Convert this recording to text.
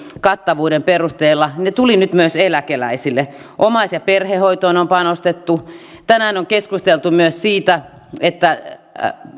kattavuuden perusteella tulivat nyt myös eläkeläisille omais ja perhehoitoon on panostettu tänään on keskusteltu myös siitä että